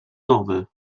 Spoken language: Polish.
nowy